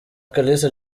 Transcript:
kalisa